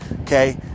Okay